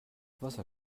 wasser